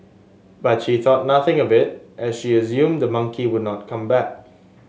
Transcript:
but she thought nothing of it as she assumed the monkey would not come back